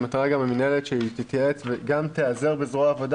המטרה היא גם שהמינהלת תתייעץ וגם תיעזר בזרוע העבודה